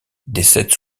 décède